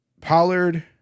Pollard